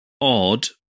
odd